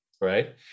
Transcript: right